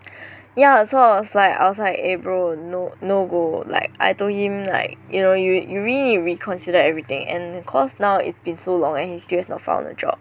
ya so I was like I was like eh bro no no go like I told him like you know you you really need to reconsider everything and cause now it's been so long and he still has not found a job